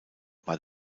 war